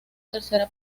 tercera